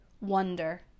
Wonder